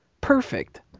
Perfect